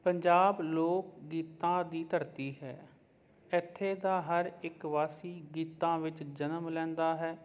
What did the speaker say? ਪੰਜਾਬ ਲੋਕ ਗੀਤਾਂ ਦੀ ਧਰਤੀ ਹੈ ਇੱਥੇ ਦਾ ਹਰ ਇੱਕ ਵਾਸੀ ਗੀਤਾਂ ਵਿੱਚ ਜਨਮ ਲੈਂਦਾ ਹੈ